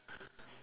why